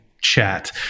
chat